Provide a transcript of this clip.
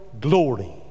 glory